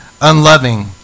unloving